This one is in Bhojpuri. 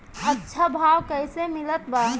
अच्छा भाव कैसे मिलत बा?